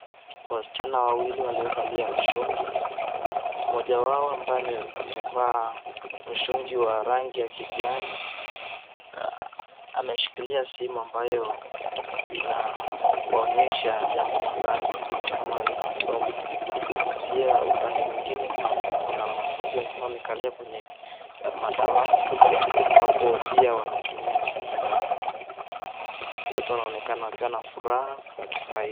Wasichana wawili waliovalia mshungi, moja wao ambaye amevaa mshungi wa rangi ya kijani na ameshikilia simu ambayo inawaonyesha jambo fulani ni kama ni masomo na pia upande mwingine kuna wanafunzi wamekalia kwenye madawati ambapo pia wakitumia simu zao. Wote pia wanaonekana wakiwa na furaha.